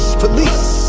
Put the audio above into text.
police